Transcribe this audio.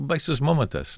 baisus momentas